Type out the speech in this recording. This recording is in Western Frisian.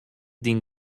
dyn